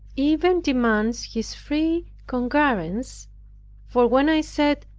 even demands his free concurrence for when i said,